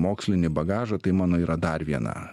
mokslinį bagažą tai mano yra dar viena